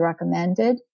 recommended